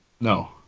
No